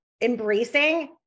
embracing